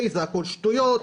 A והכול שטויות,